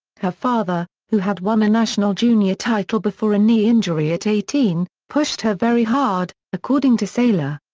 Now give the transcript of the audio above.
her father, who had won a national junior title before a knee injury at eighteen, pushed her very hard, according to sailer.